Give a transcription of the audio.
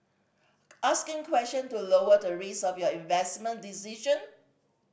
asking question to lower the risk of your investment decision